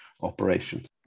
operations